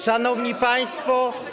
Szanowni Państwo!